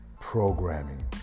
Programming